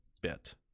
bit